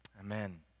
Amen